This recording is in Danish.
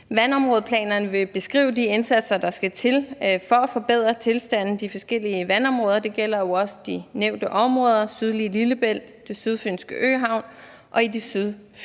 Vandområdeplanerne vil beskrive de indsatser, der skal til, for at forbedre tilstanden i de forskellige vandområder. Det gælder jo også de nævnte områder: det sydlige Lillebælt, Det Sydfynske Øhav og i de sydjyske